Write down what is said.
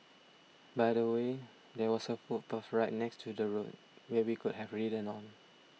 by the way there was a footpath right next to the road where he could have ridden on